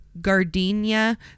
gardenia